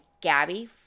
Gabby